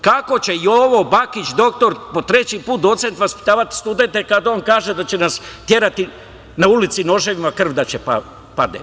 Kako će Jovo Bakić, doktor, po treći put, docent, vaspitavati studente, kada on kaže da će nas terati na ulici noževima, krv da će pasti?